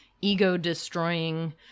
ego-destroying